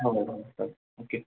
हय हय ओके